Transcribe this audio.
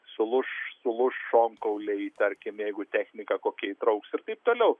sulūš sulūš šonkauliai tarkim jeigu technika kokia įtrauks ir taip toliau